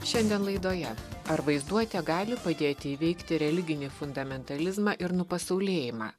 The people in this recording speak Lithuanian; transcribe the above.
šiandien laidoje ar vaizduotė gali padėti įveikti religinį fundamentalizmą ir nupasaulėjimą